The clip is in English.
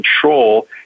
control